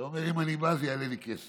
ואתה אומר: אם אני בא, זה יעלה לי כסף.